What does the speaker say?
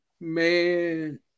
man